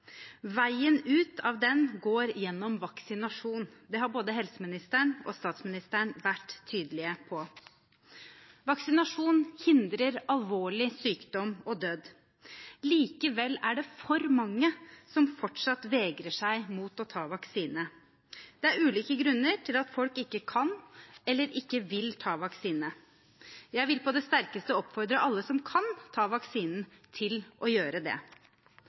Veien ut av den går gjennom vaksinasjon. Det har både helseministeren og statsministeren vært tydelige på. Vaksinasjon hindrer alvorlig sykdom og død. Likevel er det for mange som fortsatt vegrer seg mot å ta vaksine. Det er ulike grunner til at folk ikke kan eller ikke vil ta vaksine. Jeg vil på det sterkeste oppfordre alle som kan ta vaksinen, til å gjøre det.